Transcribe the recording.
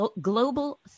global